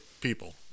people